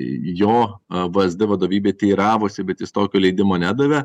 jo a v ez d vadovybė teiravosi bet jis tokio leidimo nedavė